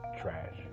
trash